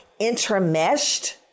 intermeshed